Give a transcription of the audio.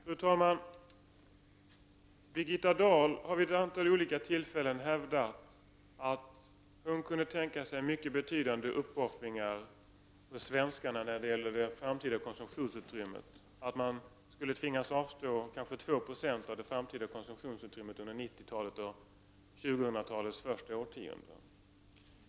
Fru talman! Birgitta Dahl har vid ett antal olika tillfällen hävdat att hon kunde tänka sig mycket betydande uppoffringar för svenskarna när det gäller det framtida konsumtionsutrymmet. Vi skulle tvingas avstå kanske 2 9o av det framtida konsumtionsutrymmet under 90-talet och 2000-talets första årtionden.